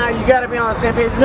ah you gotta be on the same page